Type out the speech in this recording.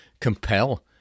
compel